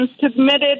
submitted